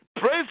Praise